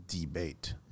debate